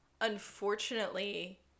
unfortunately